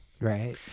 Right